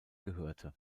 gehörte